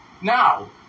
Now